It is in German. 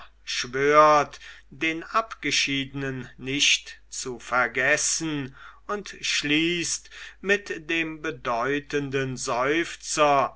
schwört den abgeschiedenen nicht zu vergessen und schließt mit dem bedeutenden seufzer